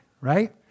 right